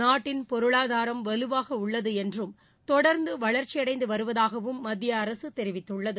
நாட்டின் பொருளாதாரம் வலுவாக உள்ளது என்றும் தொடர்ந்து வளர்ச்சி அடைந்து வருவதாகவும் மத்திய அரசு தெரிவித்துள்ளது